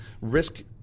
risk –